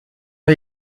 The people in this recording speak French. œil